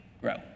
grow